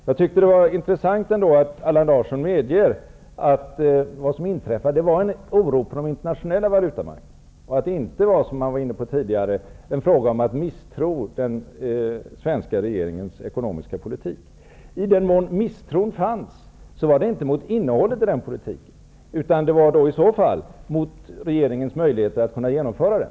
Jag tyckte det var intressant att Allan Larsson ändå medgav att vad som inträffade var en oro på de internationella valutamarknaderna och att det inte som man tidigare var inne på -- var fråga om en misstro mot den svenska regeringens ekonomiska politik. I den mån det fanns en misstro riktade den sig inte mot innehållet i den politiken utan i så fall mot regeringens möjligheter att kunna genomföra den.